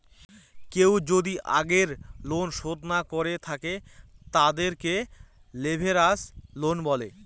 কেউ যদি আগের লোন শোধ না করে থাকে, তাদেরকে লেভেরাজ লোন বলে